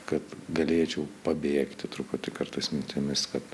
kad galėčiau pabėgti truputį kartais mintimis kad